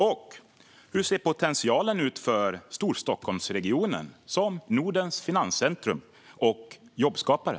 Och hur ser potentialen ut för Storstockholmsregionen som Nordens finanscentrum och jobbskapare?